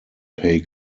pay